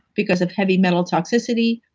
because of heavy metal toxicity,